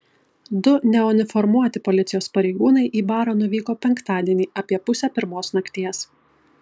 du neuniformuoti policijos pareigūnai į barą nuvyko penktadienį apie pusę pirmos nakties